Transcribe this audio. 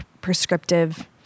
prescriptive